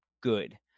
good